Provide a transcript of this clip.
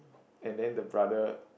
and then the brother